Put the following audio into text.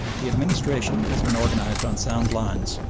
the administration has been organised on sound lines,